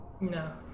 No